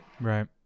right